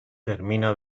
termina